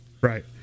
Right